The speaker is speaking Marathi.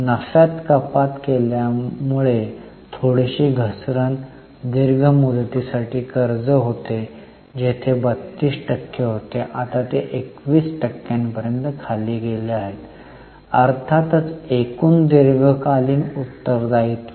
नफ्यात कपात केल्यामुळे थोडीशी घसरण दीर्घ मुदती साठी कर्ज होते जेथे 32 टक्के होते आता ते २१ टक्क्यांपर्यंत खाली गेले आहेत अर्थात एकूण दीर्घकालीन उत्तर दायित्व